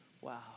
Wow